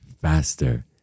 faster